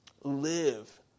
live